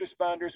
responders